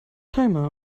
timer